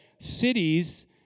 cities